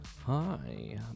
Hi